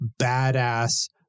badass